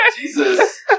Jesus